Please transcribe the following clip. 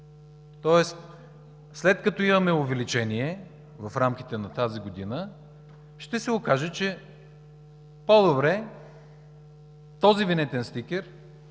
Тоест, след като имаме увеличение в рамките на тази година, ще се окаже, че е по-добре този винетен стикер